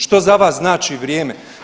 Što za vas znači vrijeme?